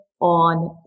on